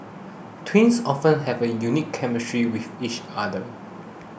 twins often have a unique chemistry with each other